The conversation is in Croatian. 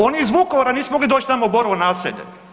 Oni iz Vukovara nisu mogli doći tamo u Borovo naselje.